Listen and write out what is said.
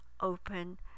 open